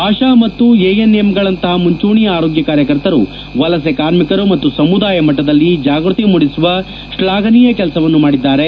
ಆಶಾ ಮತ್ತು ಎಎನ್ಎಂಗಳಂತಹ ಮುಂಚೂಣಿ ಆರೋಗ್ತ ಕಾರ್ಯಕರ್ತರು ವಲಸೆ ಕಾರ್ಮಿಕರು ಮತ್ತು ಸಮುದಾಯ ಮಟ್ಲದಲ್ಲಿ ಜಾಗ್ಗತಿ ಮೂಡಿಸುವ ಶ್ಲಾಘನೀಯ ಕೆಲಸವನ್ನು ಮಾಡಿದ್ದಾರೆ